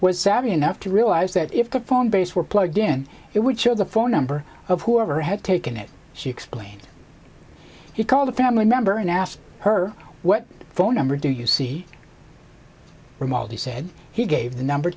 savvy enough to realize that if the phone base were plugged in it would show the phone number of whoever had taken it she explained he called a family member and asked her what phone number do you see he said he gave the number